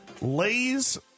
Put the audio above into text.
Lay's